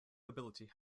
nobility